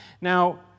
Now